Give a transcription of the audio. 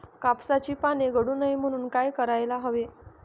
कापसाची पाने गळू नये म्हणून काय करायला हवे?